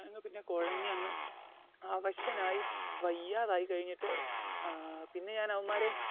ഞാൻ അങ്ങ് പിന്നെ കുഴഞ്ഞ് അങ്ങ് അവശനായി വയ്യാതായി കഴിഞ്ഞിട്ട് പിന്നെ ഞാൻ അവന്മാരെ